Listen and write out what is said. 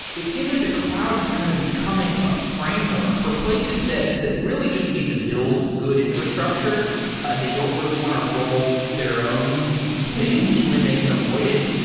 it seems like the cloud is kind of becoming a framework for places that that really just need to build good infrastructure and they don't really want to roll their own things when they can avoid it.